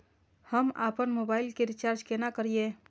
हम आपन मोबाइल के रिचार्ज केना करिए?